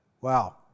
Wow